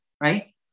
right